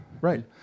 Right